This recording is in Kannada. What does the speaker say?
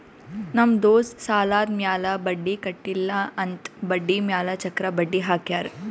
ನಮ್ ದೋಸ್ತ್ ಸಾಲಾದ್ ಮ್ಯಾಲ ಬಡ್ಡಿ ಕಟ್ಟಿಲ್ಲ ಅಂತ್ ಬಡ್ಡಿ ಮ್ಯಾಲ ಚಕ್ರ ಬಡ್ಡಿ ಹಾಕ್ಯಾರ್